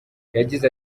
yagize